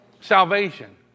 Salvation